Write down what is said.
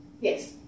Yes